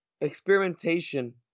experimentation